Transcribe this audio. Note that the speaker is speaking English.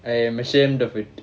I am ashamed of it